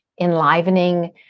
enlivening